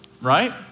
right